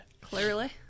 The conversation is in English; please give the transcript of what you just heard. Clearly